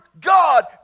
God